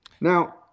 Now